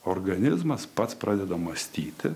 organizmas pats pradeda mąstyti